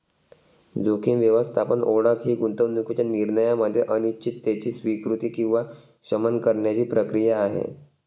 जोखीम व्यवस्थापन ओळख ही गुंतवणूकीच्या निर्णयामध्ये अनिश्चिततेची स्वीकृती किंवा शमन करण्याची प्रक्रिया आहे